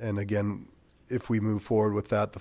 and again if we move forward with that the